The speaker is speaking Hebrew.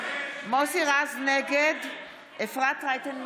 נגד אפרת רייטן מרום,